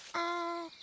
oh.